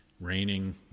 raining